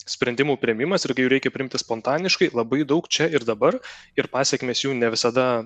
sprendimų priėmimas ir kai jų reikia priimti spontaniškai labai daug čia ir dabar ir pasekmės jų ne visada